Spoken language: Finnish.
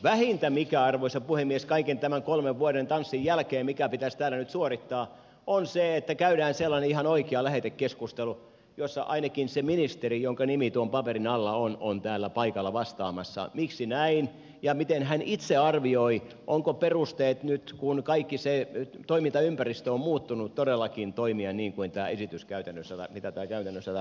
vähintä arvoisa puhemies kaiken tämän kolmen vuoden tanssin jälkeen mikä pitäisi täällä nyt suorittaa on se että käydään sellainen ihan oikea lähetekeskustelu jossa ainakin se ministeri jonka nimi tuon paperin alla on on täällä paikalla vastaamassa miksi näin ja miten hän itse arvioi onko perusteet nyt kun kaikki se toimintaympäristö on muuttunut todellakin toimia niin kuin mitä tämä esitys käytännössä tarkoittaa